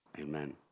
Amen